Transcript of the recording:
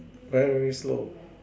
very very slow